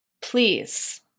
please